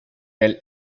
del